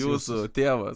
jūsų tėvas